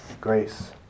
grace